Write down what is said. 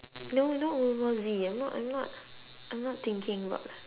no not world war Z I'm not I'm not I'm not thinking about